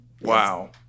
wow